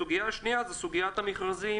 הסוגיה השנייה היא סוגיית המכרזים.